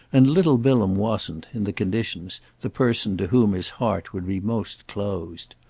and little bilham wasn't, in the conditions, the person to whom his heart would be most closed.